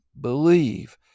believe